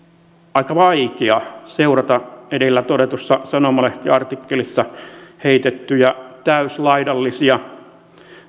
aika vaikea seurata edellä todetussa sanomalehtiartikkelissa heitettyjä täyslaidallisia